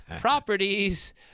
properties